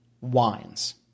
wines